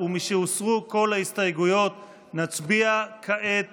משהוסרו כל ההסתייגויות, נצביע כעת